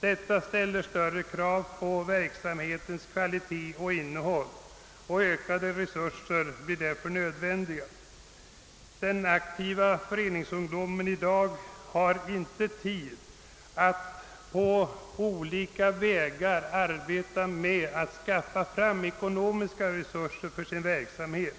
Detta ställer större krav på verksamhetens kvalitet och innehåll, och ökade resurser blir därför nödvändiga. Den aktiva föreningsungdomen i dag har inte tid att på olika vägar arbeta med att skaffa fram ekonomiska resurser för sin verksamhet.